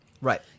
Right